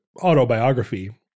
autobiography